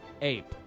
Ape